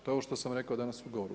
To je ovo što sam rekao danas u ugovoru.